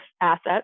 assets